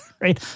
right